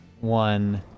one